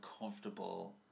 comfortable